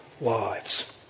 lives